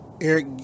Eric